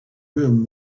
room